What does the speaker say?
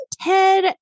Ted